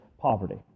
poverty